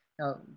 Now